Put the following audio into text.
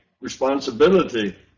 responsibility